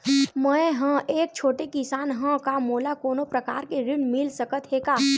मै ह एक छोटे किसान हंव का मोला कोनो प्रकार के ऋण मिल सकत हे का?